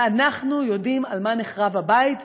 ואנחנו יודעים על מה נחרב הבית,